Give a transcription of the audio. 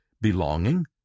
belonging